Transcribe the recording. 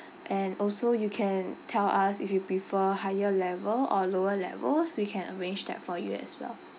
and also you can tell us if you prefer higher level or lower levels we can arrange that for you as well